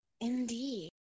Indeed